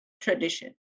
tradition